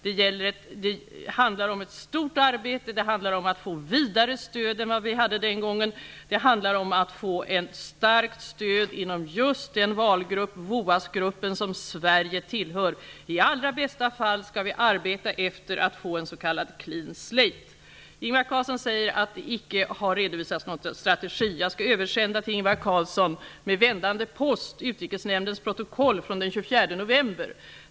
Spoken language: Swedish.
Det handlar om ett stort arbete, om att få ett vidare stöd än vad vi hade den gången, om att få ett starkt stöd inom just den valgrupp, VOAS gruppen, som Sverige tillhör. I allra bästa fall skall vi arbeta för att få s.k. clean slate. Ingvar Carlsson säger att det icke har redovisats någon strategi. Jag skall med vändande post till Ingvar Carlsson översända Utrikesnämndens protokoll från den 24 november.